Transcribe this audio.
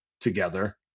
together